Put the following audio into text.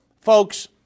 folks